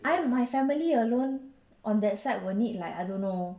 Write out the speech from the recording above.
I my family alone on that side will need like I don't know